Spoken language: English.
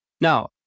Now